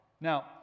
now